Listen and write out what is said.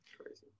Crazy